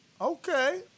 Okay